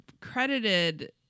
credited